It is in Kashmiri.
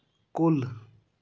کُل